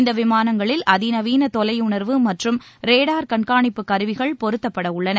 இந்த விமானங்களில் அதிநவீன தொலையுணர்வு மற்றும் ரேடார் கண்காணிப்பு க்ருவிகள் பொறுத்தப்பட்டுள்ளன